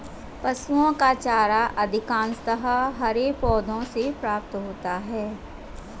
पशुओं का चारा अधिकांशतः हरे पौधों से प्राप्त होता है